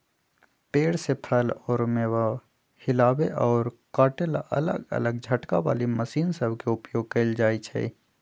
पेड़ से फल अउर मेवा हिलावे अउर काटे ला अलग अलग झटका वाली मशीन सब के उपयोग कईल जाई छई